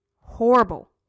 horrible